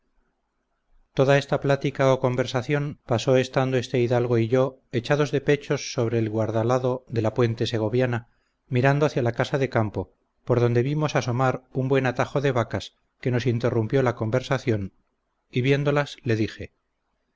toda esta plática o conversación pasó estando este hidalgo y yo echados de pechos sobre el guardalado de la puente segoviana mirando hacia la casa de campo por donde vimos asomar un buen atajo de vacas que nos interrumpió la conversación y viéndolas le dije